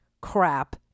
crap